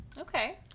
Okay